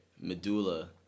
Medulla